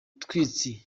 rutwitsi